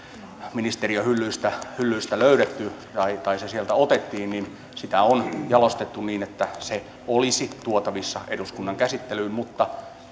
ministeriön hyllystä hyllystä löydetty tai tai se sieltä otettiin sitä on jalostettu niin että se olisi tuotavissa eduskunnan käsittelyyn mutta